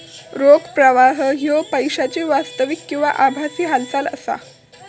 रोख प्रवाह ह्यो पैशाची वास्तविक किंवा आभासी हालचाल असा